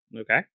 Okay